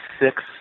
six